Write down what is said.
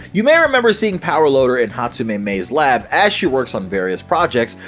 you may remember seeing power loader in hatsumei mei's lab as she works on various projects,